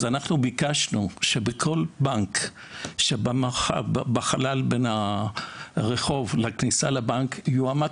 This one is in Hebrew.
אז אנחנו ביקשנו שבחלל שבין הרחוב לבין הכניסה לבנק יעמוד